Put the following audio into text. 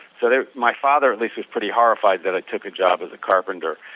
so my father at least was pretty horrified that i took a job as a carpenter.